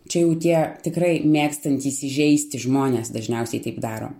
čia jau tie tikrai mėgstantys įžeisti žmonės dažniausiai taip daro